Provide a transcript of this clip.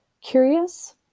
curious